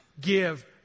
give